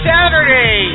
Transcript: Saturday